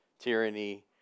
tyranny